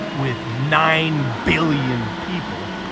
with nine billion people,